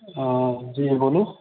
जी बोलू